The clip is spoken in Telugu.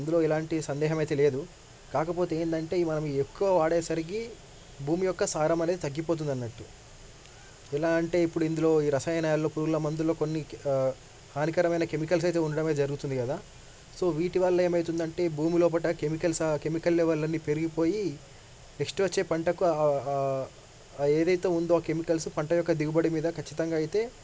అందులో ఎలాంటి సందేహమైతే లేదు కాకపోతే ఏంటంటే మనం ఎక్కువ వాడే సరికి భూమి యొక్క సారం అనేది తగ్గిపోతుందన్నట్టు ఎలా అంటే ఇప్పుడు ఇందులో ఈ రసాయనాల్లో పురుగుల మందులు కొన్ని హానికరమైన కెమికల్స్ అయితే ఉండటమే జరుగుతుంది కదా సో వీటి వల్ల ఏమవుతుందంటే భూమి లోపల కెమికల్స్ కెమికల్ లెవెల్ అన్ని పెరిగిపోయి నెక్స్ట్ వచ్చే పంటకు ఏదైతే ఉందో ఆ కెమికల్స్ పంట యొక్క దిగుబడి మీద ఖచ్చితంగా అయితే